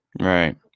Right